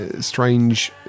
strange